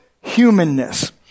humanness